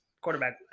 Quarterback